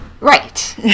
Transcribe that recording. Right